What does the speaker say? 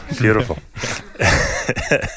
beautiful